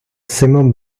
simum